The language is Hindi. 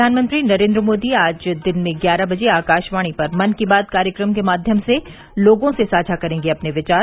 प्रधानमंत्री नरेन्द्र मोदी आज दिन में ग्यारह बजे आकाशवाणी पर मन की बात कार्यक्रम के माध्यम से लोगों से साझा करेंगे अपने विचार